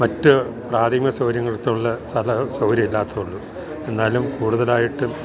മറ്റ് പ്രാധമിക സൗകര്യങ്ങൾ ത്തൊള്ള സല സൗകര്യം ഇല്ലാത്തതൊള്ളു എന്നാലും കൂട്തലായിട്ടും